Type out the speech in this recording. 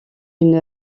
une